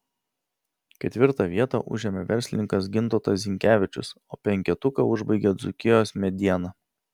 ketvirtą vietą užėmė verslininkas gintautas zinkevičius o penketuką užbaigė dzūkijos mediena